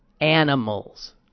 animals